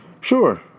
Sure